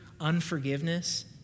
unforgiveness